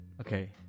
Okay